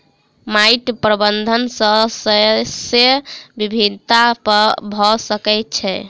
माइट प्रबंधन सॅ शस्य विविधता भ सकै छै